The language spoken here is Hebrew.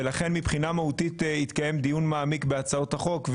ולכן מבחינה מהותית התקיים דיון מעמיק בהצעות החוק,